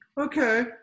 okay